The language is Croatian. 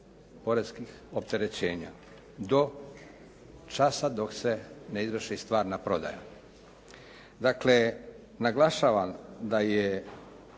poreskih opterećenja do časa dok se ne izvrši stvarna prodaja. Dakle naglašavam da je